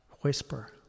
whisper